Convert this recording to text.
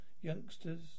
youngsters